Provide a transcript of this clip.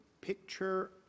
picture